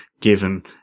given